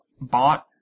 bought